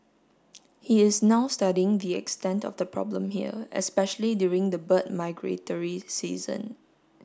he is now studying the extent of the problem here especially during the bird migratory season